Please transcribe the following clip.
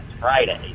Friday